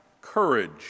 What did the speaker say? courage